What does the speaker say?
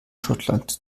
schottland